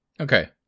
Okay